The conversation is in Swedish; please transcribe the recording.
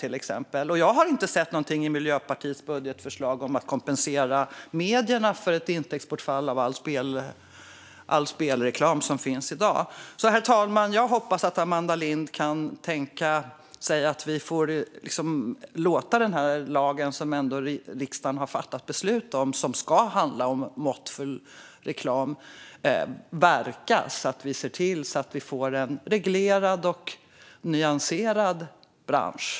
Jag har inte sett någonting i Miljöpartiets budgetförslag om att kompensera medierna för ett intäktsbortfall motsvarande all spelreklam som finns i dag. Herr talman! Jag hoppas att Amanda Lind kan tänka sig att låta den lag som riksdagen ändå har fattat beslut om och som handlar om måttfull reklam verka, så att vi kan se till att få en reglerad och nyanserad bransch.